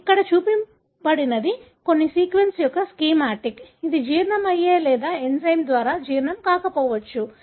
ఇక్కడ చూపబడినది కొన్ని సీక్వెన్స్ యొక్క స్కీమాటిక్ ఇది జీర్ణమయ్యే లేదా ఎంజైమ్ ద్వారా జీర్ణం కాకపోవచ్చు